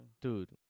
Dude